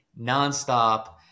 nonstop